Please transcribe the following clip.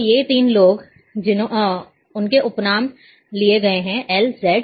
तो ये तीन लोग उनके उपनाम लिए गए हैं LZW